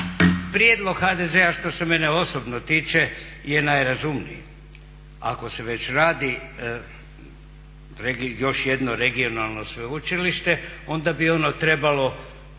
Prijedlog HDZ-a što se mene osobno tiče je najrazumniji. Ako se već radi još jedno regionalno sveučilište onda bi ono trebalo